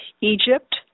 Egypt